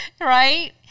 right